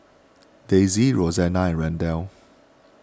Daisy Roxanna and Randel